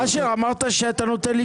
אשר, אמרת שאתה נותן לי קודם.